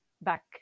back